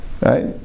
Right